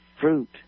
fruit